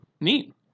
Neat